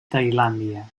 tailàndia